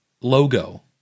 logo